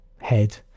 head